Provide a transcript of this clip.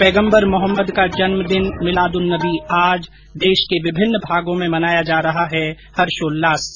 पैगम्बर मोहम्मद का जन्मदिन मिलाद उन नबी आज देश के विभिन्न भागों में मनाया जा रहा है हर्षोल्लास से